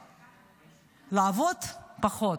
לעבוד, פחות.